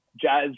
Jazz